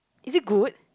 is it good